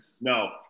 No